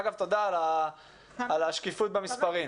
תודה עבור הנתונים ועבור השקיפות במספרים.